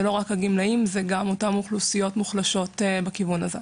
זה לא רק הגמלאים אלא גם אותן אוכלוסיות מוחלשות בכיוון הזה.